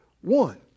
one